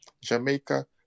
Jamaica